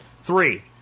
Three